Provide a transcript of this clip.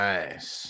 Nice